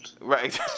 Right